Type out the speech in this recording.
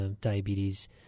diabetes